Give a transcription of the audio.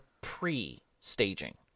pre-staging